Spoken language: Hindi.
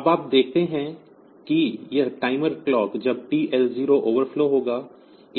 अब आप देखते हैं कि यह टाइमर क्लॉक जब TL0 ओवरफ्लो होगा